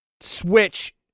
Switch